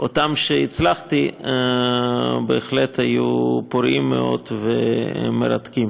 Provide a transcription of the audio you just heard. אלה שהצלחתי בהחלט היו פוריים מאוד ומרתקים,